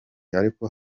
ariko